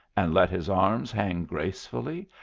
and let his arms hang gracefully,